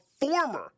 former